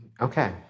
Okay